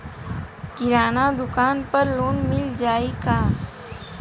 किराना दुकान पर लोन मिल जाई का?